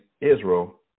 Israel